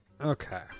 okay